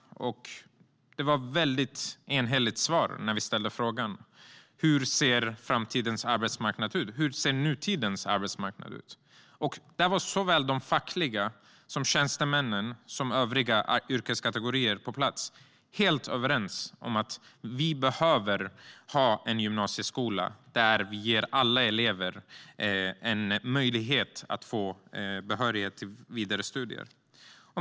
Det var ett väldigt enhälligt svar när vi frågade: Hur ser framtidens arbetsmarknad ut? Hur ser nutidens arbetsmarknad ut? Såväl de fackliga som tjänstemännen och övriga yrkeskategorier på plats var helt överens om att vi behöver ha en gymnasieskola där vi ger alla elever en möjlighet att få behörighet till vidare studier.